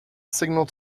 signal